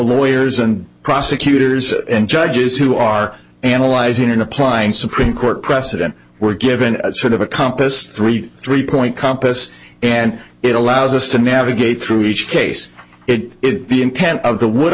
lawyers and prosecutors and judges who are analyzing and applying supreme court precedent were given sort of a compass three three point compass and it allows us to navigate through each case it be intent of the wood